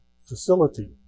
facility